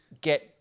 get